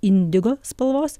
indigo spalvos